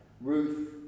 Ruth